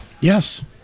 Yes